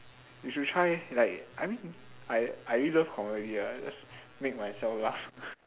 we should try like I mean I I really love comedy lah just make myself laugh